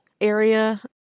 area